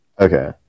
Okay